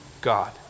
God